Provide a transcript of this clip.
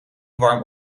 warm